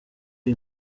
iyi